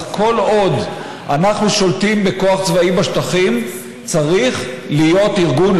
אך כל עוד אנחנו שולטים בכוח צבאי בשטחים צריך להיות ארגון,